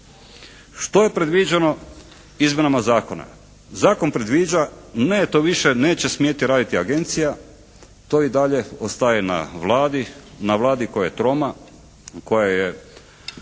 Što je predviđeno izmjenama zakona? Zakon predviđa, ne to više neće smjeti raditi agencija, to i dalje ostaje na Vladi, na Vladi koja je troma, koja je